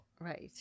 right